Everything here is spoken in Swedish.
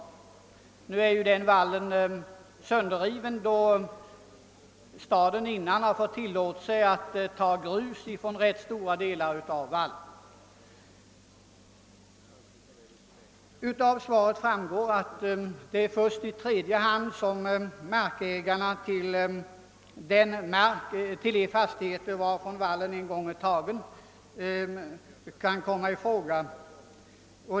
Denna vall är dock redan sönderriven, då staden tidigare har fått tillåtelse att hämta grus från rätt stora avsnitt av den. Av svaret framgår att det är först i tredje hand som ägarna till de fastigheter, från vilka vallen en gång är tagen, kan komma i fråga.